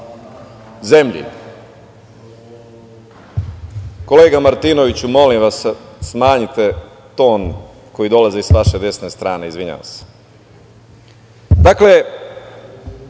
zemlji. Kolega Martinoviću, molim vas, smanjite ton koji dolazi s vaše desne strane. Izvinjavam se. Dakle,